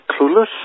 clueless